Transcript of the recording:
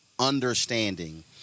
understanding